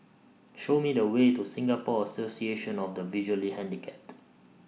Show Me The Way to Singapore Association of The Visually Handicapped